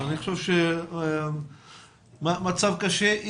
מצב קשה,